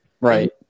Right